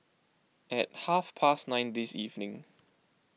at half past nine this evening